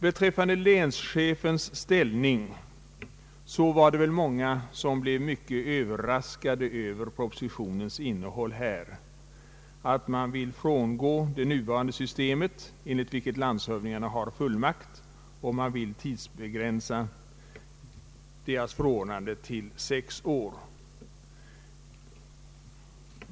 Beträffande länschefens ställning var det väl många som blev mycket överraskade över att man i propositionen vill frångå det nuvarande systemet, enligt vilket landshövdingarna har fullmakt, och tidsbegränsa deras förordnande till sex år.